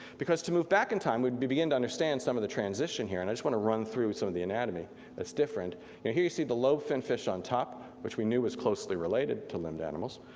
because to move back in time, we begin to understand some of the transition here and i just want to run through some of the anatomy that's different. and you know here you see the lobe-finned fish on top, which we knew was closely related to limbed animals.